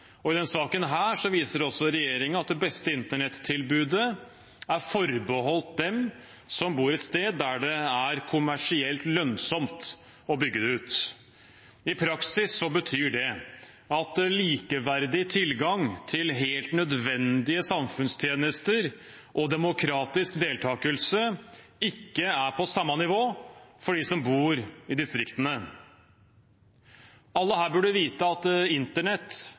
I denne saken viser også regjeringen at det beste internettilbudet er forbeholdt dem som bor et sted der det er kommersielt lønnsomt å bygge det ut. I praksis betyr det at likeverdig tilgang til helt nødvendige samfunnstjenester og demokratisk deltakelse ikke er på samme nivå for dem som bor i distriktene. Alle her burde vite at internett